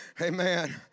Amen